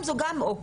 אם זו גם אופציה,